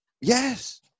Yes